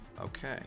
Okay